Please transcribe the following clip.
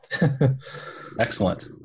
Excellent